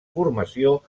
formació